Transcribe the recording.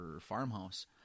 farmhouse